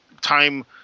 time